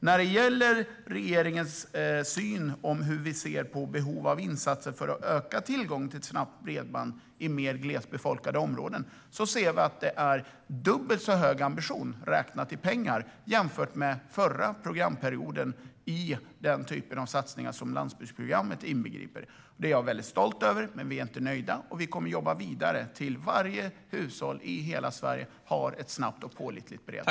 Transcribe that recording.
När det gäller regeringens syn på behovet av insatser för att öka tillgången till snabbt bredband i mer glesbefolkade områden ser vi att det är en dubbelt så hög ambition, räknat i pengar, jämfört med den förra programperioden i den typen av satsningar som landsbygdsprogrammet inbegriper. Det är jag väldigt stolt över, men vi är inte nöjda, och vi kommer att jobba vidare till dess att varje hushåll i hela Sverige har ett snabbt och pålitligt bredband.